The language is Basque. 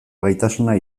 gaitasuna